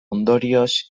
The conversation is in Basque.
ondorioz